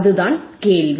அதுதான் கேள்வி